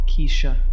Keisha